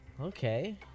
Okay